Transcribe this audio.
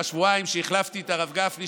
בשבועיים שהחלפתי את הרב גפני,